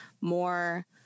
more